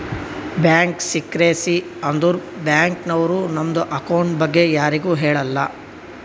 bank secrecy ಅಂದುರ್ bank ನವ್ರು ನಮ್ದು ಅಕೌಂಟ್ ಬಗ್ಗೆ ಯಾರಿಗು ಹೇಳಲ್ಲ